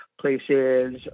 places